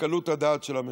לקלות הדעת של הממשלה.